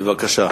בבקשה.